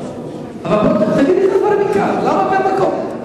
תגידי את הדברים מכאן, למה מהמקום?